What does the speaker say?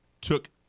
took